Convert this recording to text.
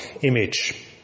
image